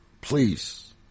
please